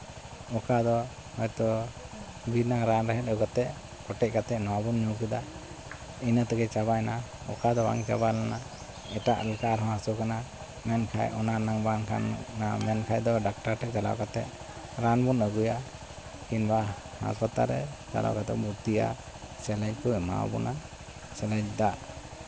ᱚᱠᱟ ᱫᱚ ᱦᱚᱭᱛᱳ ᱵᱤᱨ ᱨᱮᱱᱟᱜ ᱨᱟᱱ ᱨᱮᱦᱮᱫ ᱟᱹᱜᱩ ᱠᱟᱛᱮ ᱠᱚᱴᱮᱡ ᱠᱟᱛᱮ ᱱᱚᱣᱟ ᱵᱚᱱ ᱧᱩᱭ ᱠᱮᱫᱟ ᱤᱱᱟᱹ ᱛᱮᱜᱮ ᱪᱟᱵᱟᱭᱱᱟ ᱠᱟ ᱫᱚ ᱵᱟᱝ ᱪᱟᱵᱟ ᱞᱮᱱᱟ ᱮᱴᱟᱜ ᱞᱮᱠᱟ ᱨᱮᱦᱚᱸ ᱦᱟᱹᱥᱩ ᱠᱟᱱᱟ ᱢᱮᱱᱠᱷᱟᱡ ᱚᱱᱟ ᱨᱮᱱᱟᱝ ᱵᱟᱝ ᱠᱷᱟᱱ ᱚᱱᱟ ᱢᱮᱱᱠᱷᱟᱡ ᱫᱚ ᱰᱟᱠᱛᱟᱨ ᱴᱷᱮᱱ ᱪᱟᱞᱟᱣ ᱠᱟᱛᱮᱫ ᱨᱟᱱ ᱵᱚᱱ ᱟᱹᱜᱩᱭᱟ ᱠᱤᱢᱵᱟ ᱦᱟᱥᱯᱟᱛᱟᱞ ᱨᱮ ᱪᱟᱞᱟᱣ ᱠᱟᱛᱮ ᱮᱢ ᱵᱷᱚᱨᱛᱤᱜᱼᱟ ᱥᱤᱞᱟᱭᱤᱱ ᱠᱚ ᱮᱢᱟᱣ ᱵᱚᱱᱟ ᱥᱮᱞᱟᱭᱤᱱ ᱫᱟᱜ